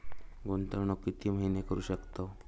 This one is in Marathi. गुंतवणूक किती महिने करू शकतव?